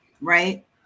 right